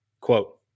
quote